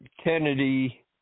Kennedy